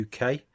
UK